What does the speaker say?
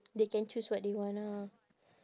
they can choose what they want ah